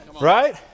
Right